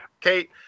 Kate